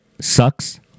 sucks